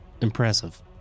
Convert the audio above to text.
impressive